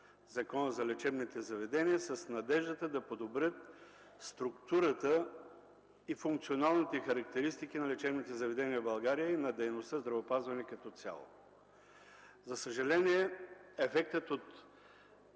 Закона за лечебните заведения с надеждата да подобрят структурата и функционалните характеристики на лечебните заведения в България и на дейността здравеопазване като цяло. За съжаление, ефектът от